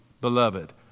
beloved